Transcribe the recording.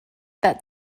that